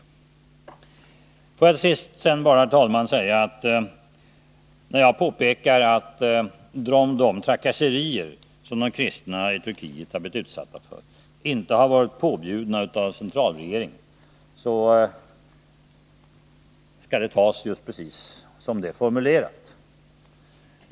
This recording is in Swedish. Får jag så, herr talman, bara säga, att när jag påpekar att de trakasserier som de kristna i Turkiet blivit utsatta för inte varit påbjudna av centralregeringen, så skall det tas just precis som det är formulerat.